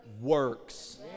works